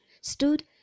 stood